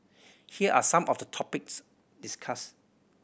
here are some of the topics discussed